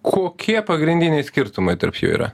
kokie pagrindiniai skirtumai tarp jų yra